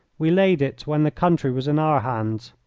we laid it when the country was in our hands,